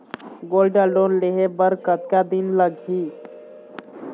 Gold loan लेहे बर कतका दिन लगही?